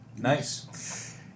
Nice